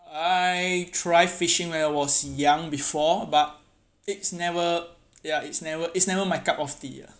I try fishing when I was young before but it's never ya it's never it's never my cup of tea ya